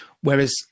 Whereas